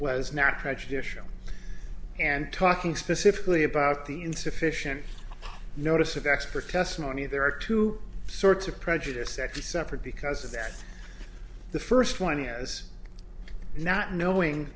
not prejudicial and talking specifically about the insufficient notice of expert testimony there are two sorts of prejudice that he suffered because of that the first one is not knowing